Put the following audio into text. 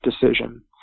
Decision